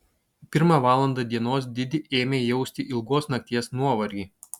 pirmą valandą dienos didi ėmė jausti ilgos nakties nuovargį